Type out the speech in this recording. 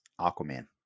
Aquaman